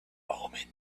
omen